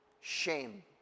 shame